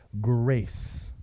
grace